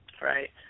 right